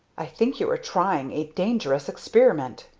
i think you are trying a dangerous experiment!